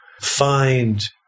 find